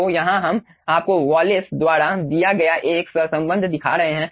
तो यहाँ हम आपको वालिस द्वारा दिया गया एक सहसंबंध दिखा रहे हैं